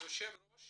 היושב ראש